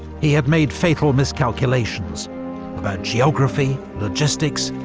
he had made fatal miscalculations about geography, logistics,